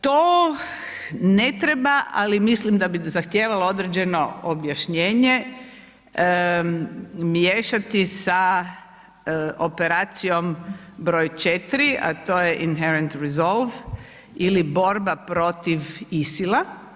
To ne treba, ali mislim da bi zahtijevalo određeno objašnjenje, miješati sa operacijom br. 4, a to je Inherent resolve ili borba protiv ISIL-a.